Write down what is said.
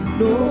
no